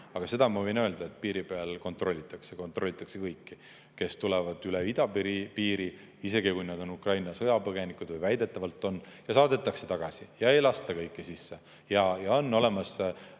aga seda ma võin öelda, et piiri peal kontrollitakse. Kontrollitakse kõiki, kes tulevad üle idapiiri, isegi kui nad on Ukraina sõjapõgenikud või väidetavalt on sõjapõgenikud. Piirilt saadetakse tagasi ka ega lasta kõiki sisse. On